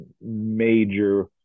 major